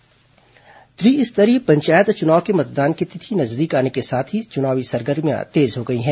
पंचायत चुनाव प्रचार त्रिस्तरीय पंचायत चुनाव के मतदान की तिथि नजदीक आने के साथ ही चुनावी सरगर्भियां तेज हो गई हैं